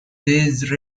these